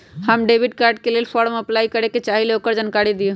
हम debit card के लेल फॉर्म अपलाई करे के चाहीं ल ओकर जानकारी दीउ?